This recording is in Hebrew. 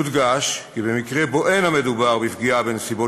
יודגש כי במקרה שבו אין המדובר בפגיעה בנסיבות